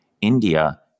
India